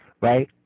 right